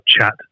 chat